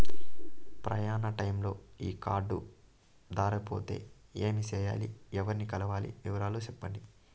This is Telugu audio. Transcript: ప్రయాణ టైములో ఈ కార్డులు దారబోతే ఏమి సెయ్యాలి? ఎవర్ని కలవాలి? వివరాలు సెప్పండి?